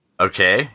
Okay